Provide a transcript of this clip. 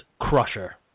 Crusher